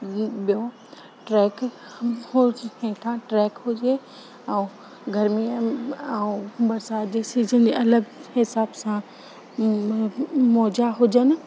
व ॿियो ट्रैक हुनजे हेठां ट्रैक हुजे ऐं गर्मीअ में ऐं बरिसातु जे सीजन जे अलॻि हिसाब सां म मोजा हुजनि